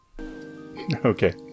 Okay